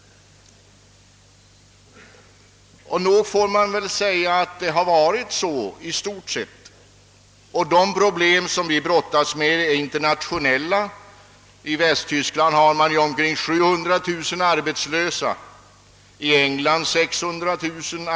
Så är det väl också. De problem som vårt land nu brottas med är internationella. I Västtyskland har man omkring 700 000 arbetslösa och i England 600 000.